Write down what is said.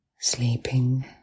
sleeping